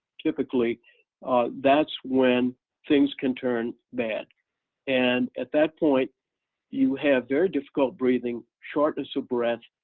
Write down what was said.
typically that's when things can turn bad and at that point you have very difficult breathing, shortness of breath,